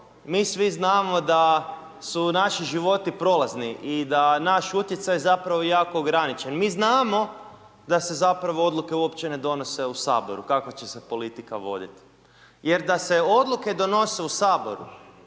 mi svi znamo da su naši životi prolazni i da naš utjecaj, zapravo, jako ograničen, mi znamo da se zapravo odluke uopće ne donose u Saboru, kakva će se politika voditi. Jer da se odluke donose u Saboru,